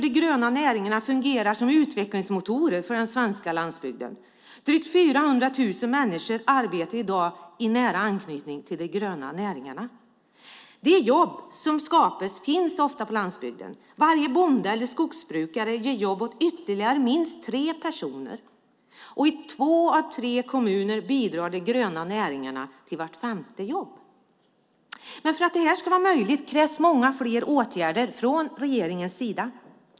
De gröna näringarna fungerar som utvecklingsmotorer för den svenska landsbygden. Drygt 400 000 människor arbetar i dag i nära anknytning till de gröna näringarna. De jobb som skapas finns oftast på landsbygden. Varje bonde eller skogsbrukare ger jobb åt ytterligare minst tre personer. I två av tre kommuner bidrar de gröna näringarna till vart femte jobb. För att detta ska vara möjligt krävs många fler åtgärder från regeringens sida.